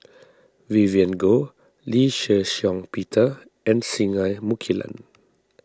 Vivien Goh Lee Shih Shiong Peter and Singai Mukilan